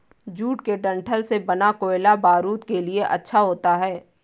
jute के डंठल से बना कोयला बारूद के लिए अच्छा होता है